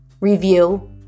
review